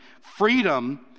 Freedom